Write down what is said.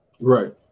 Right